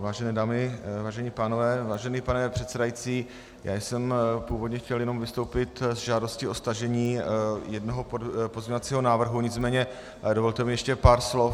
Vážené dámy, vážení pánové, vážený pane předsedající, já jsem původně chtěl jenom vystoupit s žádostí o stažení jednoho pozměňovacího návrhu, nicméně mi dovolte ještě pár slov.